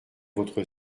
votre